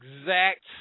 exact